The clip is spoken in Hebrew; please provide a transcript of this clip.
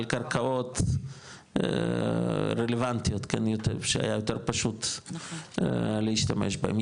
קרקעות רלוונטיות שהיה יותר פשוט להשתמש בהם,